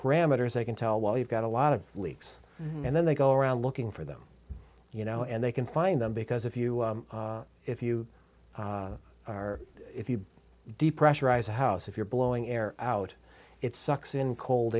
parameters they can tell well you've got a lot of leaks and then they go around looking for them you know and they can find them because if you if you are if you depressurize a house if you're blowing air out it sucks in cold